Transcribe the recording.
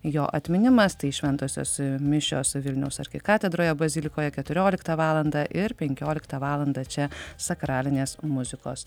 jo atminimas tai šventosios mišios vilniaus arkikatedroje bazilikoje keturioliktą valandą ir penkioliktą valandą čia sakralinės muzikos